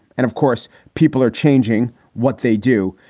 and of course, people are changing what they do.